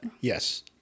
yes